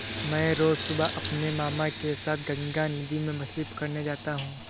मैं रोज सुबह अपने मामा के साथ गंगा नदी में मछली पकड़ने जाता हूं